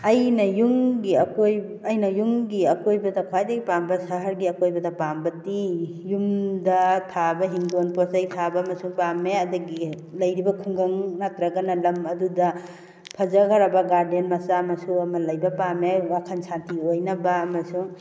ꯑꯩꯅ ꯌꯨꯝꯒꯤ ꯑꯩꯅ ꯌꯨꯝꯒꯤ ꯑꯀꯣꯏꯕꯗ ꯈ꯭ꯋꯥꯏꯗꯩ ꯄꯥꯝꯕ ꯁꯍꯔꯒꯤ ꯑꯀꯣꯏꯕꯗ ꯄꯥꯝꯕꯗꯤ ꯌꯨꯝꯗ ꯊꯥꯕ ꯍꯤꯡꯒꯣꯜ ꯄꯣꯠ ꯆꯩ ꯊꯥꯕ ꯑꯃꯁꯨ ꯄꯥꯝꯃꯦ ꯑꯗꯒꯤ ꯂꯩꯔꯤꯕ ꯈꯨꯡꯒꯪ ꯅꯠꯇ꯭ꯔꯒꯅ ꯂꯝ ꯑꯗꯨꯗ ꯐꯖꯈ꯭ꯔꯕ ꯒꯥꯔꯗꯦꯟ ꯃꯆꯥ ꯃꯁꯨ ꯑꯃ ꯂꯩꯕ ꯄꯥꯝꯃꯦ ꯋꯥꯈꯜ ꯁꯥꯟꯇꯤ ꯑꯣꯏꯅꯕ ꯑꯃꯁꯨꯡ